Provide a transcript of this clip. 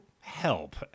help